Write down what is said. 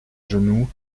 genoux